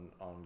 on